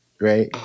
right